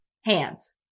hands